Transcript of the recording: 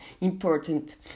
important